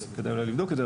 אז כדאי אולי לבדוק את זה,